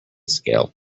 scale